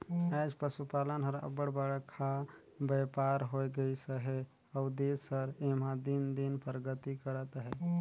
आएज पसुपालन हर अब्बड़ बड़खा बयपार होए गइस अहे अउ देस हर एम्हां दिन दिन परगति करत अहे